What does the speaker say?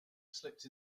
slipped